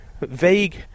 vague